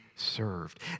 Served